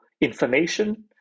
information